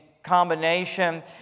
Combination